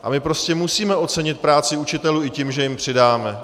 A my prostě musíme ocenit práci učitelů i tím, že jim přidáme.